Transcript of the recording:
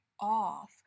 off